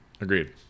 Agreed